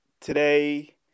today